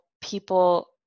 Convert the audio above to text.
people